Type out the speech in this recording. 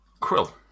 Krill